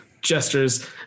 gestures